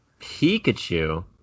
Pikachu